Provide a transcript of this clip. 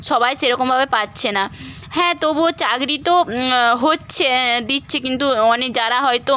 সবাই সেরকমভাবে পাচ্ছে না হ্যাঁ তবুও চাকরি তো হচ্ছে দিচ্ছে কিন্তু অনে যারা হয়তো